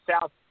South